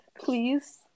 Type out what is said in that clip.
Please